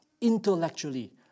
intellectually